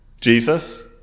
Jesus